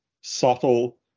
subtle